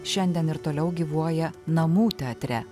šiandien ir toliau gyvuoja namų teatre